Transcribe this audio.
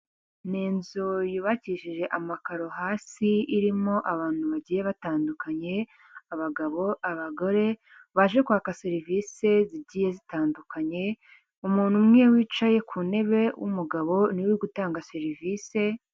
Ni inzu yubakishije amakaro hasi irimo abantu bagiye batandukanye; abagabo, abagore baje kwaka serivise zigiye zitandukanye, umuntu umwe wicaye ku ntebe w'umugabo niwe uri ugutanga serivise.